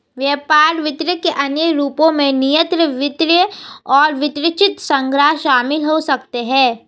व्यापार वित्त के अन्य रूपों में निर्यात वित्त और वृत्तचित्र संग्रह शामिल हो सकते हैं